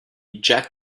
jack